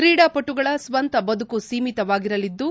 ಕ್ರೀಡಾಪಟುಗಳ ಸ್ವಂತ ಬದುಕು ಸೀಮಿತವಾಗಿರಲಿದ್ದು